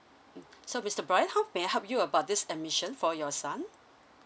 so mister bryan how may I help you about this admission for your son